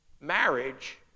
Marriage